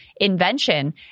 invention